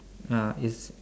ya is